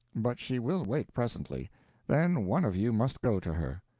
but she will wake presently then one of you must go to her.